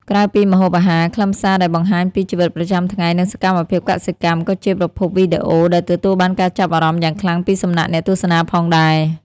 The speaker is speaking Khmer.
ក្រៅពីម្ហូបអាហារ ខ្លឹមសារដែលបង្ហាញពី ជីវិតប្រចាំថ្ងៃ និងសកម្មភាពកសិកម្ម ក៏ជាប្រភេទវីដេអូដែលទទួលបានការចាប់អារម្មណ៍យ៉ាងខ្លាំងពីសំណាក់អ្នកទស្សនាផងដែរ។